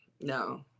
no